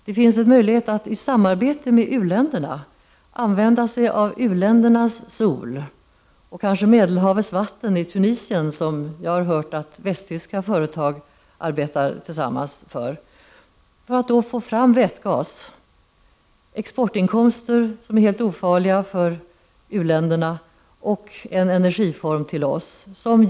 Det finns en möjlighet att i samarbete med u-länderna använda sig av u-ländernas sol och kanske Medelhavets vatten utanför Tunisien för att få fram vätgas. Det har jag hört att västtyska företag arbetar med. U-länderna får då exportinkomster som är helt ofarliga, oc.. vi få? 2n energiform.